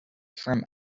from